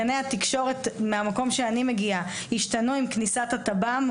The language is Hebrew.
גני התקשורת מהמקום שאני מגיעה השתנו עם כניסת התב"מ,